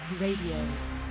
Radio